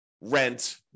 rent